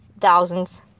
thousands